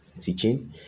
teaching